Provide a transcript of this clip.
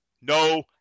No